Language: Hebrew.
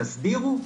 תסדירו,